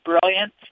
brilliant